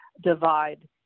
divide